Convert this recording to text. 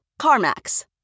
CarMax